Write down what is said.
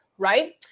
Right